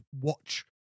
watch